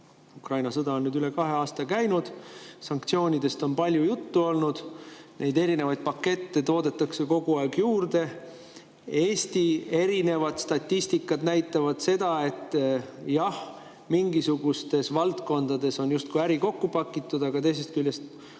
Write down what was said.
Ukraina sõda on käinud üle kahe aasta, sanktsioonidest on palju juttu olnud, erinevaid pakette toodetakse kogu aeg juurde. Eesti erinevad statistikad näitavad seda, et jah, ühes valdkonnas on äri justkui kokku pakitud, aga teises valdkonnas